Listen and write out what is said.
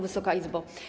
Wysoka Izbo!